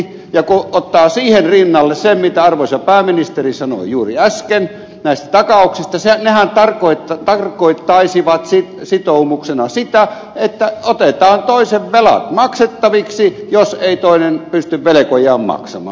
ja kun ottaa siihen rinnalle sen mitä arvoisa pääministeri sanoi juuri äsken näistä takauksista nehän tarkoittaisivat sitoumuksena sitä että otetaan toisen velat maksettaviksi jos ei toinen pysty velkojaan maksamaan